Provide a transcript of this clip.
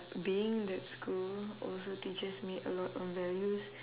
being in that school also teaches me a lot of values